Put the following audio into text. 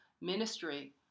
ministry